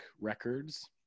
records